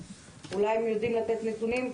אולי הן יודעות לתת נתונים.